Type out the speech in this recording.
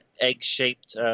egg-shaped